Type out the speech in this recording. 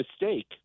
mistake